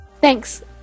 Thanks